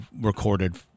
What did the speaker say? recorded